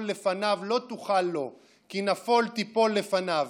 לפניו לא תוכל לו כי נפול תפול לפניו".